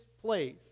place